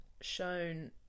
shown